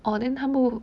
oh then 他不